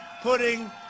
putting